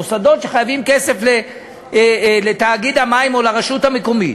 מוסדות שחייבים כסף לתאגיד המים או לרשות המקומית,